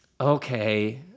okay